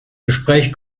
gespräch